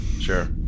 Sure